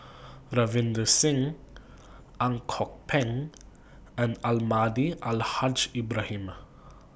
Ravinder Singh Ang Kok Peng and Almahdi Al Haj Ibrahim